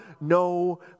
no